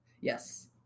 Yes